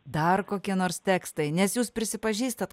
dar kokie nors tekstai nes jūs prisipažįstat